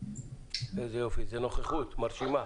איזה יופי, איזו נוכחות מרשימה.